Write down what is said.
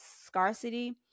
scarcity